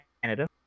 Canada